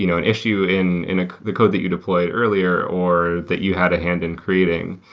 you know an issue in in the code that you deployed earlier or that you had a hand in creating,